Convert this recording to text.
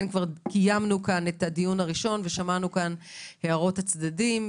כבר קיימנו כאן את הדיון הראשון ושמענו את הערות הצדדים,